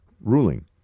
ruling